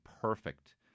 perfect